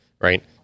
right